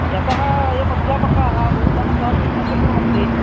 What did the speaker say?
यतः वयम् अध्यापकाः बहु धनं दातुं न शक्नुवन्ति